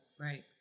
right